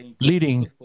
leading